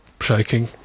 shaking